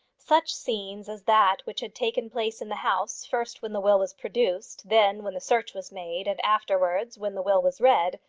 such scenes as that which had taken place in the house, first when the will was produced, then when the search was made, and afterwards when the will was read,